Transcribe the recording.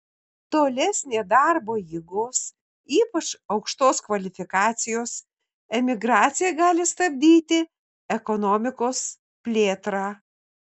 tolesnė darbo jėgos ypač aukštos kvalifikacijos emigracija gali stabdyti ekonomikos plėtrą